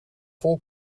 vol